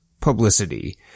publicity